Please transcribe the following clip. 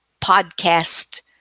podcast